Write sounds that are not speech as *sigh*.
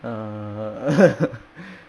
err *laughs* *breath*